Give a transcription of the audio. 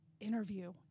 interview